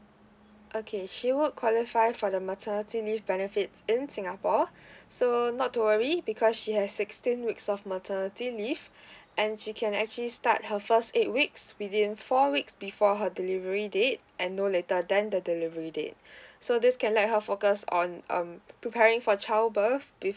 okay she would qualify for the maternity leave benefits in singapore so not to worry because she has sixteen weeks of maternity leave and she can actually start her first eight weeks within four weeks before her delivery date and no later than the delivery date so this can let her focus on um preparing for child birth